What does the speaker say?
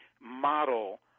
model